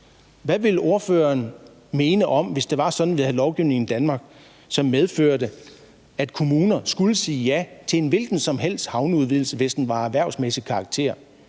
Hvad ville ordføreren mene om det, hvis det var sådan, at vi havde en lovgivning i Danmark, som medførte, at kommuner skulle sige ja til en hvilken som helst havneudvidelse, hvis den var af erhvervsmæssig karakter,